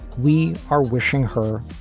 we are wishing her